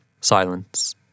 silence